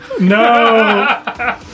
No